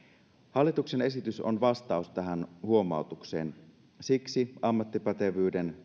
hallituksen esitys on vastaus tähän huomautukseen siksi ammattipätevyyden